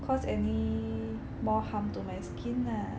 cause any more harm to my skin lah